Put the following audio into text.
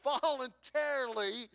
voluntarily